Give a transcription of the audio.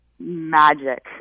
magic